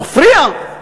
הוא מפריע,